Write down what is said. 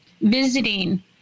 visiting